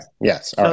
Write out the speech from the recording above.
yes